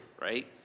right